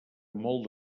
molt